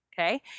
okay